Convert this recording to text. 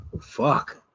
Fuck